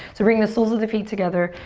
so bring the soles of the feet together.